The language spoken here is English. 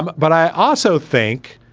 but i also think